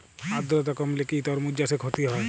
আদ্রর্তা কমলে কি তরমুজ চাষে ক্ষতি হয়?